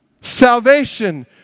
salvation